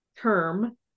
term